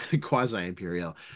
Quasi-Imperial